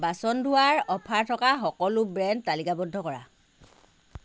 বাচন ধোৱাৰ অ'ফাৰ থকা সকলো ব্ৰেণ্ড তালিকাবদ্ধ কৰা